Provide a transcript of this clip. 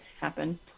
happen